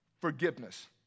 forgiveness